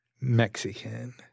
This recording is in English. Mexican